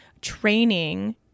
training